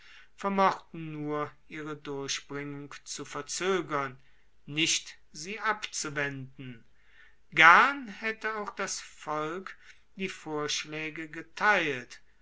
vermochten nur ihre durchbringung zu verzoegern nicht sie abzuwenden gern haette auch das volk die vorschlaege geteilt